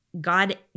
God